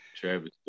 Travis